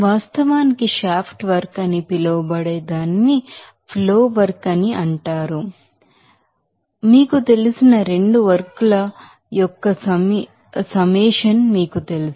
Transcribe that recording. వాస్తవానికి shaft work అని పిలవబడే దానిని ఫ్లో వర్క్ అని అంటారు అని మీకు తెలిసిన 2 వర్క్ ల యొక్క సమ్మిలేషన్ మీకు తెలుసు